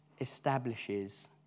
establishes